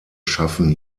schaffen